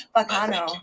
Bacano